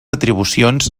atribucions